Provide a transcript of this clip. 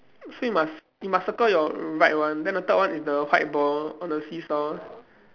so you must you must you must circle your right one then the third one is the white ball on the seesaw